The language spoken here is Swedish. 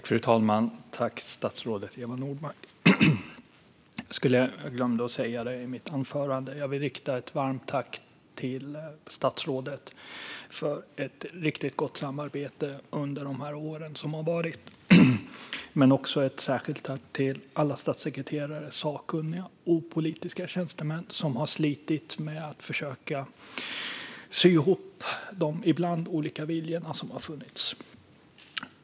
Fru talman! Tack, statsrådet Eva Nordmark! Jag glömde att säga det i mitt anförande, men jag vill rikta ett varmt tack till statsrådet för ett riktigt gott samarbete under de år som har varit och även ett särskilt tack till alla statssekreterare, sakkunniga och opolitiska tjänstemän som har slitit med att försöka sy ihop de ibland olika viljor som har funnits.